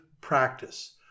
practice